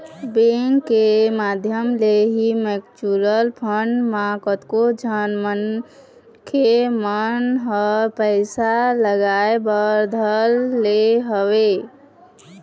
bank के माधियम ले ही म्यूचुवल फंड म कतको झन मनखे मन ह पइसा लगाय बर धर ले हवय